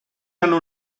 hanno